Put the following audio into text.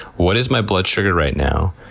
what is my blood sugar right now?